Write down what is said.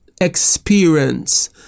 experience